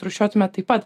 rūšiuotume taip pat